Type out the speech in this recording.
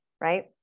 right